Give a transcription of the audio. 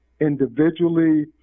individually